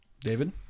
David